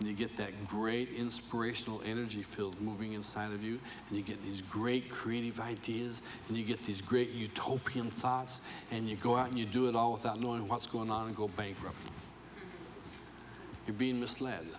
and you get that great inspirational energy filled moving inside of you and you get these great creative ideas and you get these great utopian sauce and you go out and you do it all without knowing what's going on and go bankrupt you're being misled